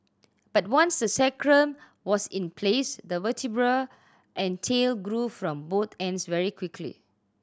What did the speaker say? but once the sacrum was in place the vertebrae and tail grew from both ends very quickly